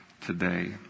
today